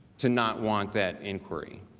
to not want that inquiry